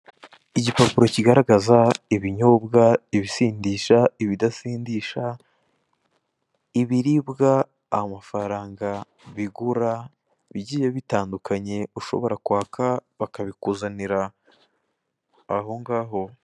Igipapuro kigaragaza ibinyobwa, ibisindisha, ibidasindisha, ibiribwa amafaranga bigura bigiye bitandukanye ushobora kwaka bakabikuzanira aho ngaho.